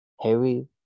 heavy